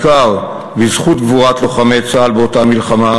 בעיקר בזכות גבורת לוחמי צה"ל באותה מלחמה,